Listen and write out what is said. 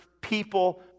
people